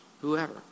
whoever